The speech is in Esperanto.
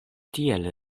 tiel